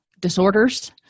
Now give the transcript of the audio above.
disorders